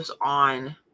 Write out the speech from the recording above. on